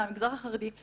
מהמגזר החרדי.